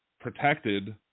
protected